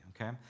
okay